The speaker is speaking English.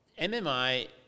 MMI